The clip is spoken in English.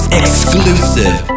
exclusive